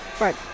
Right